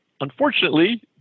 unfortunately